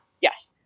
Yes